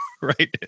right